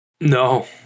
No